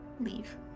leave